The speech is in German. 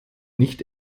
nicht